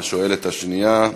השואלת השנייה,